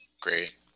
Great